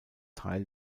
teil